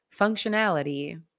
functionality